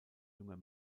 junger